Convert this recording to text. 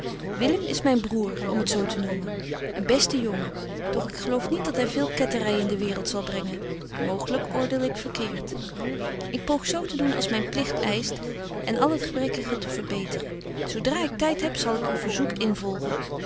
willem is myn brôer om het zo te noemen een beste jongen doch ik geloof niet dat hy veel kettery in de waereld zal brengen mooglyk oordeel ik verkeert ik poog zo te doen als myn pligt eischt en al het gebrekkige te verbeteren zo dra ik tyd heb zal ik uw verzoek involgen